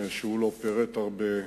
לא פירט הרבה,